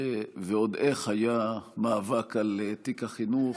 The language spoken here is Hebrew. ועוד איך היה מאבק על תיק החינוך.